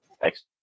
Thanks